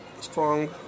strong